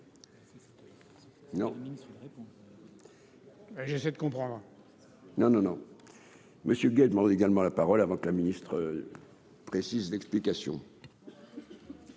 réponse. J'essaie de comprendre. Non, non, non, Monsieur Gueï demande également la parole avant que la ministre précise l'explication.